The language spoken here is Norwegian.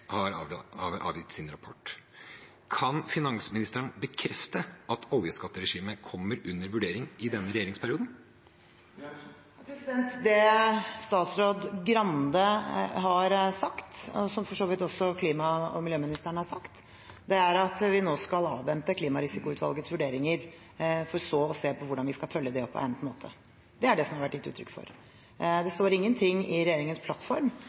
at klimarisikoutvalget har avgitt sin rapport. Kan finansministeren bekrefte at oljeskatteregimet kommer til vurdering i denne regjeringsperioden? Det statsråd Skei Grande har sagt – og som for så vidt også klima- og miljøministeren har sagt – er at vi skal avvente klimarisikoutvalgets vurderinger for så å se på hvordan vi skal følge det opp på egnet måte. Det er dette det har vært gitt uttrykk for. Det står ingenting i regjeringens plattform